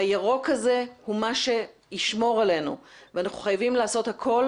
הירוק הזה הוא מה שישמור עלינו ואנחנו חייבים לעשות הכול